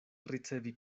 ricevi